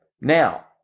Now